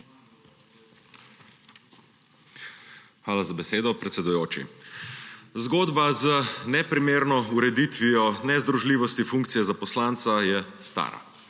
Hvala za besedo, predsedujoči. Zgodba z neprimerno ureditvijo nezdružljivosti funkcije za poslanca je stara.